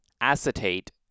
acetate